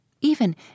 even